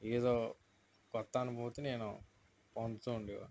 ఏదో కొత్త అనుభూతి నేను పొందుతు ఉండేవాడిని